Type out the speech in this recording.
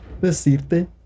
decirte